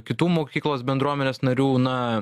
kitų mokyklos bendruomenės narių na